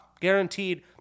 guaranteed